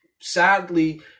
sadly